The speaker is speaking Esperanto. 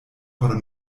por